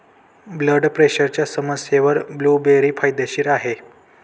blood प्रेशरच्या समस्येवर blueberry फायदेशीर आहे